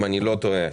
אם אני לא טועה,